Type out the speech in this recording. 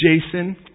Jason